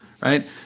right